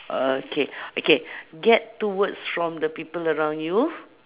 okay okay get two words from the people around you